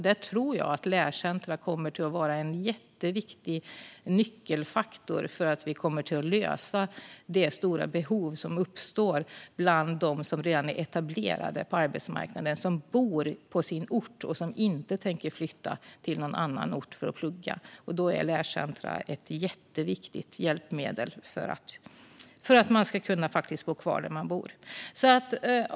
Jag tror att lärcentrum kommer att vara en jätteviktig faktor för att lösa det stora behov som uppstår bland dem som redan är etablerade på arbetsmarknaden, som bor på sin ort och som inte tänker flytta till någon annan ort för att plugga. Lärcentrum är ett jätteviktigt hjälpmedel för att man ska kunna bo kvar där man bor.